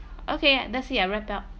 okay that's it I wrapped up